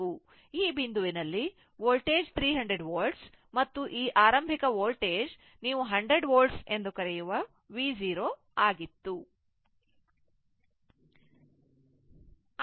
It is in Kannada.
ಈ ಬಿಂದುವಿನಲ್ಲಿ ವೋಲ್ಟೇಜ್ 300 volt ಮತ್ತು ಈ ಆರಂಭಿಕ ವೋಲ್ಟೇಜ್ ನೀವು 100 volt ಎಂದು ಕರೆಯುವ V 0 ಆಗಿತ್ತು